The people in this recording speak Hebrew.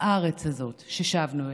הארץ הזאת ששבנו אליה,